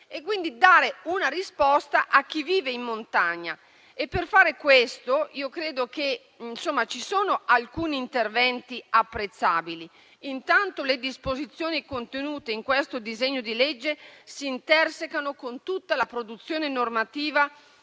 per dare una risposta a chi vive in montagna. Credo che vi siano alcuni interventi apprezzabili. Innanzitutto, le disposizioni contenute in questo disegno di legge si intersecano con tutta la produzione normativa